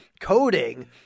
coding